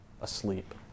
asleep